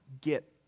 get